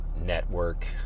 network